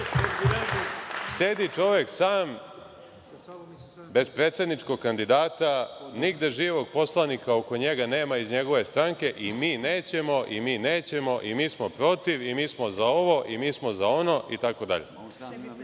čovek sam bez predsedničkog kandidata, nigde živog poslanika oko njega nema iz njegove stranke i – „mi nećemo i mi nećemo i mi smo protiv i mi smo za ovo i mi smo za ono